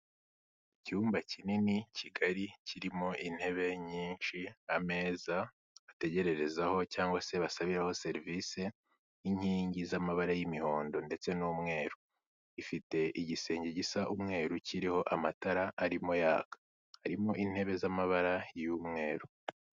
Icyumba kinini kigari kirimo intebe nyinshi, ameza bategerererezaho cyangwa se basabiraho serivisi, inkingi z'amabara y'imihondo ndetse n'umweru, ifite igisenge gisa umweru kiriho amatara arimo yaka, harimo intebe z'amabara y'umweru.